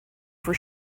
for